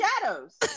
shadows